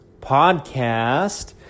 podcast